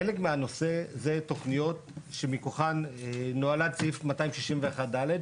חלק מהנושא זה תכניות שמכוחן נולד סעיף 261(ד)